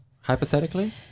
hypothetically